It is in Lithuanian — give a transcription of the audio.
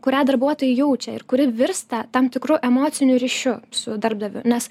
kurią darbuotojai jaučia ir kuri virsta tam tikru emociniu ryšiu su darbdaviu nes